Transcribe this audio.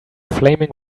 flaming